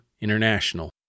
International